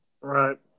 Right